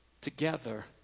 together